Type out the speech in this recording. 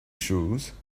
choses